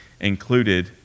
included